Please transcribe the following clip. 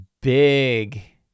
big